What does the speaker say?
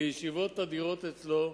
לישיבות תדירות אצלו.